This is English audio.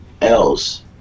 else